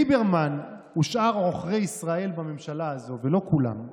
ליברמן ושאר עוכרי ישראל בממשלה הזו, ולא כולם,